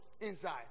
inside